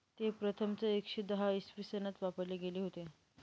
ते प्रथमच एकशे दहा इसवी सनात वापरले गेले होते